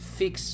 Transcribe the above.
fix